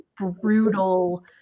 brutal